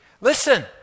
Listen